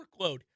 workload